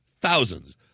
Thousands